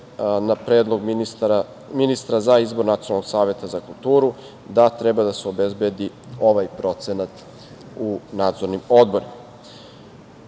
na predlog ministra za izbor Nacionalnog saveta za kulturu da treba da se obezbedi ovaj procenat u nadzornim odborima. Kada